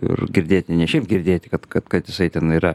ir girdėti ne šiaip girdėti kad kad kad jisai ten yra